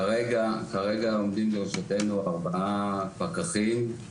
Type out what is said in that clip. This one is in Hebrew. כרגע עומדים לרשותנו ארבעה פקחים,